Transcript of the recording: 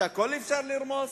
את הכול אפשר לרמוס?